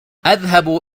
أذهب